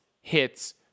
hits